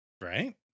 Right